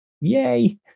yay